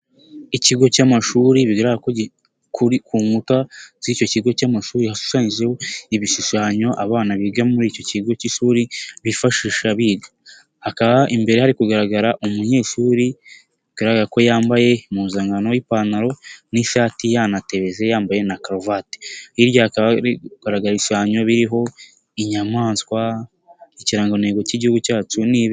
Ikigo cy'amashuri bigaragara ko ku nkuta z'icyo kigo cy'amashuri hashusanyijeho ibishushanyo abana biga muri icyo kigo k'ishuri bifashisha biga akaba imbere hari kugaragara umunyeshuri bigaraga ko yambaye impuzankano y'ipantaro n'ishati yanatebeje yambaye na karuvati hirya hakaba hari kugaragara ibishushanyo biriho inyamaswa ikirangantego k'igihugu cyacu n'ibindi.